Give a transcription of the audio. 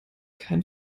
kein